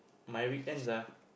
my weekends ah